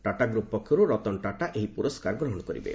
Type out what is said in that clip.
Tata group ପକ୍ଷରୁ ରତନ ଟାଟା ଏହି ପୁରସ୍କାର ଗ୍ରହଣ କରିବେ